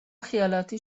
خیالاتی